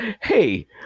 Hey